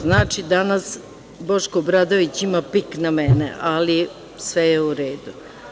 Znači, danas Boško Obradović ima pik na mene, ali sve je u redu.